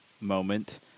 moment